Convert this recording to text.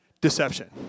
Deception